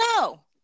no